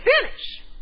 finish